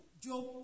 Job